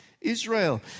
Israel